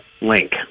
link